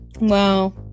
Wow